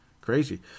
Crazy